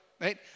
right